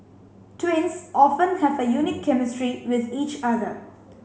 twins often have a unique chemistry with each other